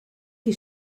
qui